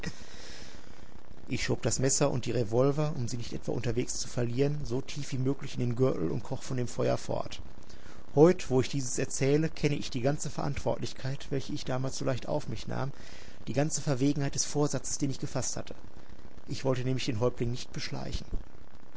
ich schob das messer und die revolver um sie nicht etwa unterwegs zu verlieren so tief wie möglich in den gürtel und kroch von dem feuer fort heut wo ich dieses erzähle kenne ich die ganze verantwortlichkeit welche ich damals so leicht auf mich nahm die ganze verwegenheit des vorsatzes den ich gefaßt hatte ich wollte nämlich den häuptling nicht beschleichen